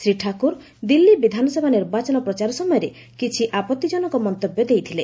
ଶ୍ରୀ ଠାକୁର ଦିଲ୍ଲୀ ବିଧାନସଭା ନିର୍ବାଚନ ପ୍ରଚାର ସମୟରେ କିଛି ଆପତ୍ତିଜନକ ମନ୍ତବ୍ୟ ଦେଇଥିଲେ